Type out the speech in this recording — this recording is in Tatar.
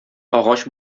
агач